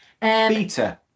Beta